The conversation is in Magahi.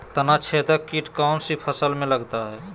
तनाछेदक किट कौन सी फसल में लगता है?